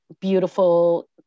beautiful